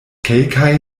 kelkaj